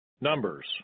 Numbers